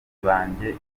banjye